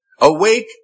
awake